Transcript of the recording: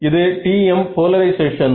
இது TM polarisation